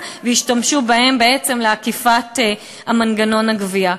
וישתמשו בהן בעצם לעקיפת מנגנון הגבייה.